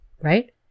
right